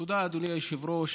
תודה, אדוני היושב-ראש.